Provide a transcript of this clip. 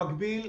במקביל,